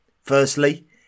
Firstly